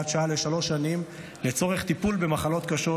שעה לשלוש שנים לצורך טיפול במחלות קשות,